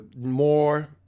more